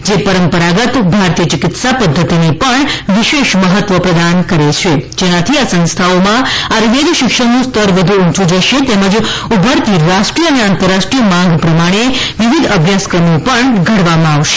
જે પરંપરાગત ભારતીય ચિકિત્સા પધ્ધતિને પણ વિશેષ મહત્વ પ્રદાન કરે છે જેનાથી આ સંસ્થાઓમાં આયુર્વેદ શિક્ષણનું સ્તર વધુ ઊંયુ જશે તેમજ ઉભરતી રાષ્ટ્રીય અને આંતરરાષ્ટ્રીય માંગ પ્રમાણે વિવિધ અભ્યાસક્રમો પણ ઘડવામાં આવશે